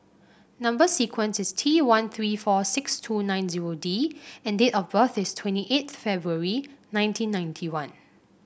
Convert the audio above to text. number sequence is T one three four six two nine zero D and date of birth is twenty eighth February nineteen ninety one